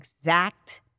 exact